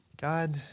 God